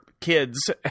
kids